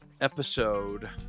episode